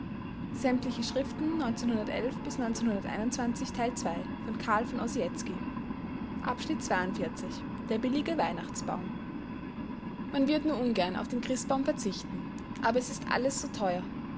berliner volks-zeitung der billige weihnachtsbaum man wird nur ungern auf den christbaum verzichten aber es ist alles so teuer